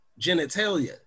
genitalia